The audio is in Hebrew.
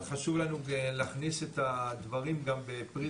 אבל, חשוב לנו להכניס את הדברים גם בפריזמה,